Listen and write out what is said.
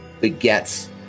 begets